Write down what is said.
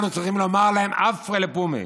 אנחנו צריכים לומר להם: עפרא לפומיה.